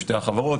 שתי החברות,